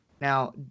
Now